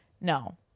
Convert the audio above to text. no